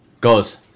goes